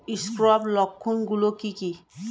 Scab লক্ষণ গুলো কি কি?